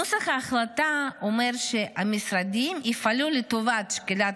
נוסח ההחלטה אומר שהמשרדים יפעלו לטובת שקילת